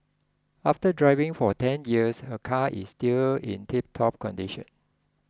after driving for ten years her car is still in tiptop condition